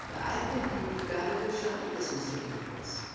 i think you've got a good shot at this, mr. dominguez.